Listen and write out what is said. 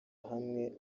hamwe